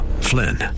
Flynn